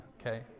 Okay